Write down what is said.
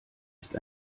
ist